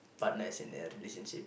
partner as in a relationship